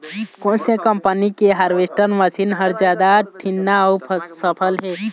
कोन से कम्पनी के हारवेस्टर मशीन हर जादा ठीन्ना अऊ सफल हे?